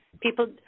People